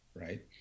right